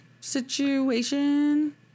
situation